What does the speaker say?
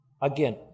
again